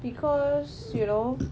because you know